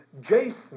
Jason